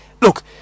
look